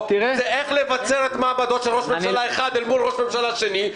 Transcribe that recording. זה איך לבצר את מעמדו של ראש הממשלה אחד אל מול ראש ממשלה השני,